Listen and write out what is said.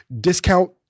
discount